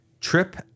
Trip